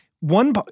one